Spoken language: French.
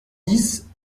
dix